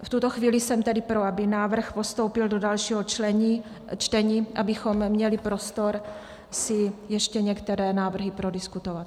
V tuto chvíli jsem tedy pro, aby návrh postoupil do dalšího čtení, abychom měli prostor si ještě některé návrhy prodiskutovat.